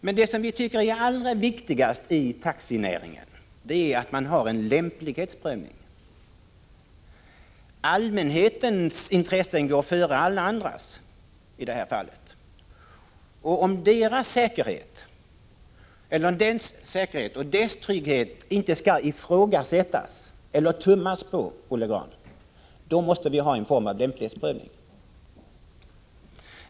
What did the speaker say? Men det som vi tycker är allra viktigast i taxinäringen är att man har en lämplighetsprövning. Allmänhetens intressen går före alla andras i det här fallet, och om allmänhetens säkerhet och trygghet inte skall ifrågasättas eller tummas på, då måste vi, Olle Grahn, ha någon form av lämplighetsprövning.